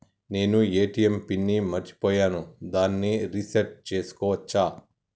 నేను ATM PIN ని మరచిపోయాను దాన్ని రీ సెట్ చేసుకోవచ్చా?